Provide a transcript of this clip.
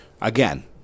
again